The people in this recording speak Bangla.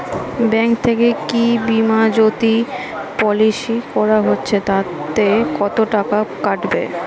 ব্যাঙ্ক থেকে কী বিমাজোতি পলিসি করা যাচ্ছে তাতে কত করে কাটবে?